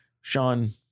Sean